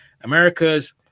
America's